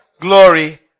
glory